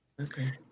okay